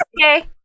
Okay